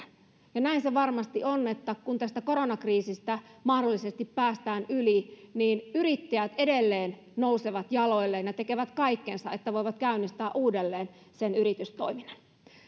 ja näin se varmasti on että kun tästä koronakriisistä mahdollisesti päästään yli niin yrittäjät edelleen nousevat jaloilleen ja tekevät kaikkensa että voivat käynnistää uudelleen sen yritystoiminnan